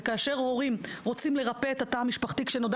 כאשר הורים רוצים לרפא את התא המשפחתי כשנודע